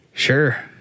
Sure